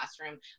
classroom